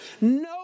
no